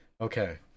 okay